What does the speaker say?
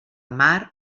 mar